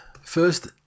first